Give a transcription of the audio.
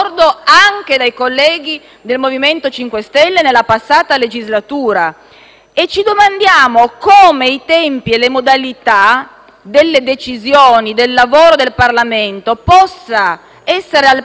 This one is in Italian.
E ci domandiamo come i tempi e le modalità delle decisioni e del lavoro del Parlamento possano essere al passo con i tempi e con le domande che la comunità dei cittadini ci pone.